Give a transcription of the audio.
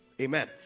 Amen